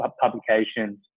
publications